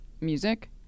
music